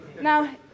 now